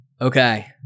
Okay